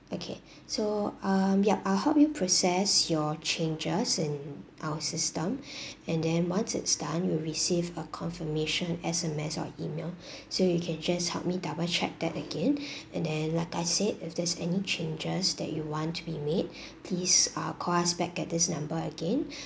okay so um yup I'll help you process your changes in our system and then once it's done you'll receive a confirmation S_M_S or email so you can just help me double check that again and then like I said if there is any changes that you want to be made please uh call us back at this number again